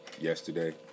yesterday